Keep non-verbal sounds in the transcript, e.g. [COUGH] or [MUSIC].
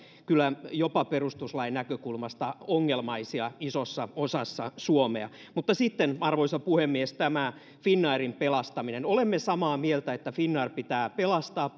kyllä jopa perustuslain näkökulmasta ongelmaisia isossa osassa suomea mutta sitten arvoisa puhemies tämä finnairin pelastaminen olemme samaa mieltä että finnair pitää pelastaa [UNINTELLIGIBLE]